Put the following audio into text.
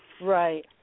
right